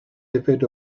yfed